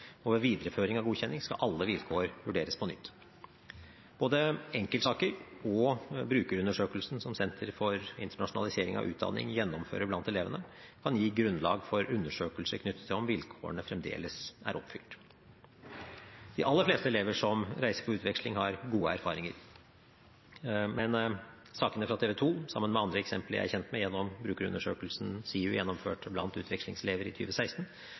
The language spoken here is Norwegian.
og ved videreføring av godkjenning skal alle vilkår vurderes på nytt. Både enkeltsaker og brukerundersøkelsen som Senter for internasjonalisering av utdanning, SIU, gjennomfører blant elevene, kan gi grunnlag for undersøkelser knyttet til om vilkårene fremdeles er oppfylt. De aller fleste elever som reiser på utveksling, har gode erfaringer. Sakene fra TV 2, sammen med andre eksempler jeg er kjent med gjennom brukerundersøkelsen SIU gjennomførte blant utvekslingselever i